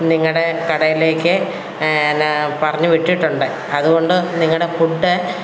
നിങ്ങളുടെ കടയിലേക്ക് ഞാൻ പറഞ്ഞു വിട്ടിട്ടുണ്ട് അതുകൊണ്ട് നിങ്ങളുടെ ഫുഡ്